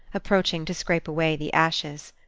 approaching to scrape away the ashes.